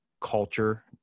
culture